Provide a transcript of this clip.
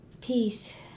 peace